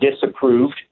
disapproved